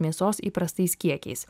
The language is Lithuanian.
mėsos įprastais kiekiais